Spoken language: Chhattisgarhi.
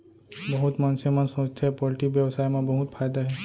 बहुत मनसे मन सोचथें पोल्टी बेवसाय म बहुत फायदा हे